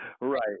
right